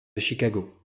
chicago